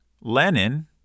Lenin